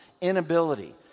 Inability